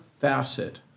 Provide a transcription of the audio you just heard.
facet